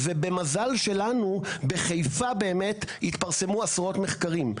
ובמזל שלנו בחיפה באמת התפרסמו עשרות מחקרים,